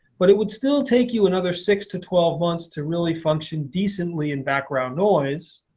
but it would still take you another six to twelve months to really function decently in background noise.